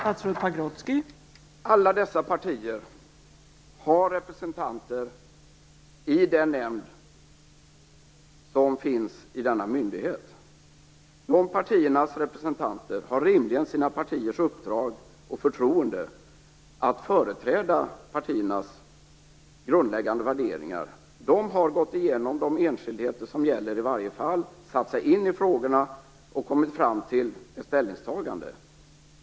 Fru talman! Alla dessa partier har representanter i den nämnd som finns i myndigheten. De partiernas representanter har rimligen sina partiers uppdrag och förtroende att företräda partiernas grundläggande värderingar. De har gått igenom de enskildheter som gäller i varje fall, satt sig in i frågorna och kommit fram till ett ställningstagande.